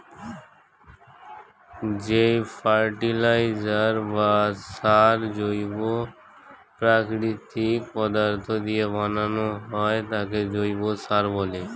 যেই ফার্টিলাইজার বা সার জৈব প্রাকৃতিক পদার্থ দিয়ে বানানো হয় তাকে জৈব সার বলে